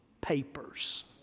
papers